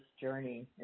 journey